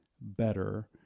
better